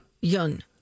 Yun